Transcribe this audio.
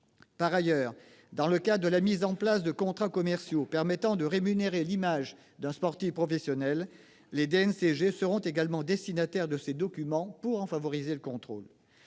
Par ailleurs, dans le cadre de la mise en place de contrats commerciaux permettant de rémunérer l'image d'un sportif professionnel, les DNCG seront également destinataires de ces documents pour en favoriser le contrôle.